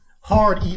Hard